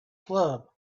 club